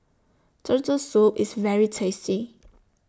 Turtle Soup IS very tasty